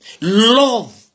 Love